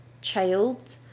child